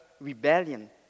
rebellion